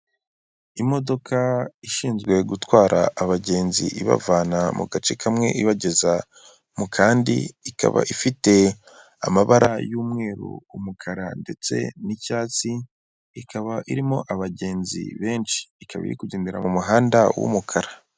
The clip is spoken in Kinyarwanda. Imodoka ishinzwe gutwara abagenzi ibavana mu gace kamwe ibageza mu kandi. Ikaba ifite amabara y'umweru, umukara ndetse n'icyatsi, ikaba irimo abagenzi benshi. Ikaba iri kugendera mu muhanda w'umukara